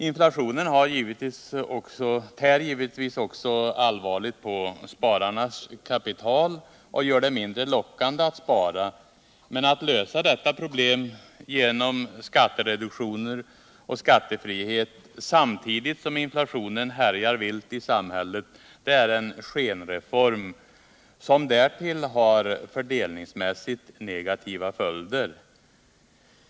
Inflationen tär givetvis allvarligt också på spararnas kapital och gör det mindre lockande att Spara, men att lösa detta problem med skattereduktioner och skattefrihet, samtidigt som inflationen härjar vilt i samhället, är en skenreform, som därtill har fördelningsmässigt negativa följder.